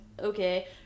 okay